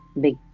big